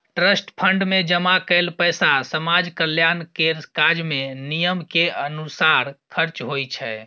trust fund मे जमा कएल पैसा समाज कल्याण केर काज मे नियम केर अनुसार खर्च होइ छै